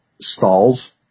stalls